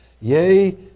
Yea